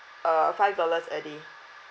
uh five dollars a day